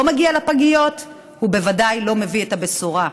זה לא מגיע לפגיות ובוודאי לא מביא את הבשורה.